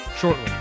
Shortly